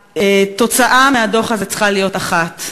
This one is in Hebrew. התוצאה מהדוח הזה צריכה להיות אחת,